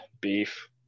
Beef